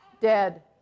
dead